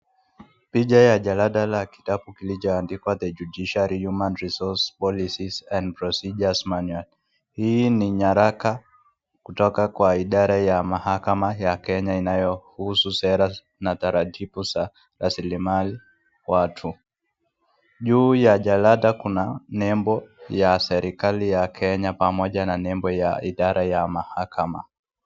Picha ya jalada la kitabu kilicho andikwa human resource policies and procedures manual . Hii ni nyaraka kutoka kwa idara ya mahakama ya kenya inayohusu sera na taratibu za raslimali watu. Juu ya jalada kuna nembo ya Kenya na nembo ya idara ya mahakama.